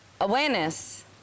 awareness